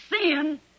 sin